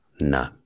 No